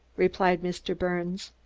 replied mr. birnes.